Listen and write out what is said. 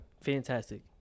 Fantastic